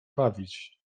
bawić